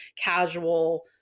casual